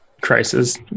crisis